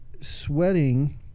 sweating